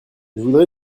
voudrais